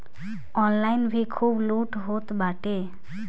online भी खूब लूट होत बाटे